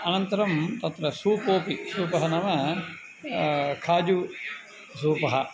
अनन्तरं तत्र सूपोपि सूपः नाम खाजु सूपः